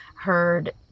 heard